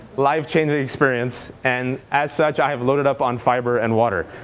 life changing experience, and as such i have loaded up on fiber and water.